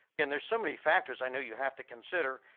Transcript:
and there's so many factors i know you have to consider.